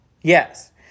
Yes